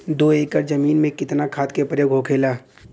दो एकड़ जमीन में कितना खाद के प्रयोग होखेला?